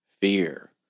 fear